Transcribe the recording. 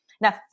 Now